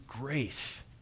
grace